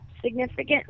significant